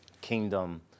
kingdom